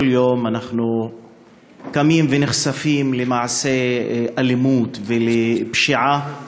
כל יום אנחנו קמים ונחשפים למעשי אלימות ולפשיעה גואה,